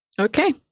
Okay